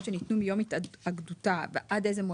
שניתנו מיום התאגדותה ועד איזה מועד?